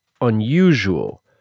unusual